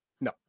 No